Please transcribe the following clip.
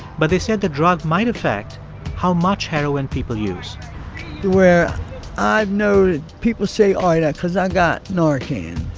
but they said the drug might affect how much heroin people use to where i've noted people say, all right, because i got narcan